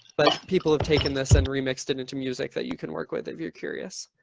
but people have taken this and remixed it into music that you can work with, if you're curious.